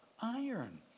iron